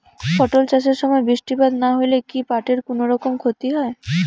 পাট চাষ এর সময় বৃষ্টিপাত না হইলে কি পাট এর কুনোরকম ক্ষতি হয়?